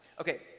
Okay